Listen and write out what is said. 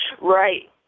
Right